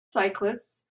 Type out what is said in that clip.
cyclists